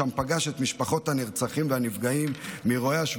שם פגש את משפחות הנרצחים והנפגעים מאירועי 7